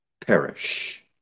perish